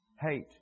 Hate